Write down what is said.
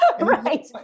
Right